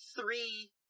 three